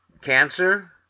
cancer